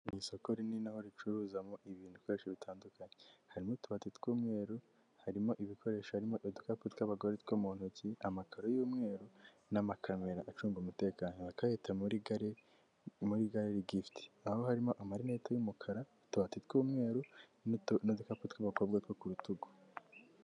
Mu isoko rinini aho ricuruzwamo bikoresho bitandukanye, harimo utubati tw'umweru, harimo ibikoresho, harimo udukapu tw'abagore two mu ntoki, amakaro y'umweru na'amakamera acunga umutekano bakaba bahita muri gare bwite, aho harimo amarinete y'umukara utubati tw'umweru n'udukapu tw'abakobwa two ku rutugu.